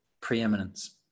preeminence